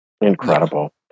Incredible